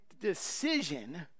decision